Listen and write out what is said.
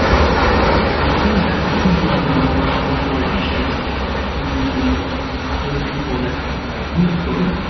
but i think that the tooling is now more ah more and more efficient to to all the people that do not code,